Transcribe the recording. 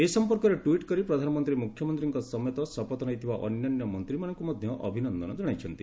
ଏ ସମ୍ପର୍କରେ ଟୁଇଟ୍ କରି ପ୍ରଧାନମନ୍ତ୍ରୀ ମୁଖ୍ୟମନ୍ତ୍ରୀଙ୍କ ସମେତ ଶପଥ ନେଇଥିବା ଅନ୍ୟାନ୍ୟ ମନ୍ତ୍ରୀମାନଙ୍କୁ ମଧ୍ୟ ଅଭିନନ୍ଦନ ଜଣାଇଛନ୍ତି